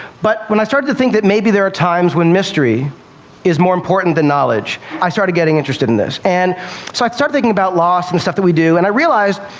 but when i started to think that maybe there are times when mystery is more important than knowledge i started getting interested in this. and so i started thinking about lost and stuff that we do, and i realized,